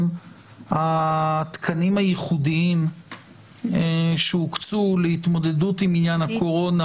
שהתקנים הייחודיים שהוקצו להתמודדות עם עניין הקורונה